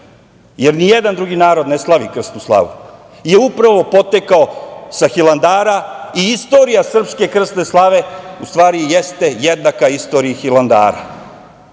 jer nijedan drugi narod ne slavi krsnu slavu, je upravo potekao sa Hilandara i istorija srpske krsne slave u stvari jeste jednaka istoriji Hilandara. Zbog